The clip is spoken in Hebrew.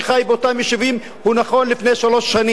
באותם יישובים הוא נכון לפני שלוש שנים,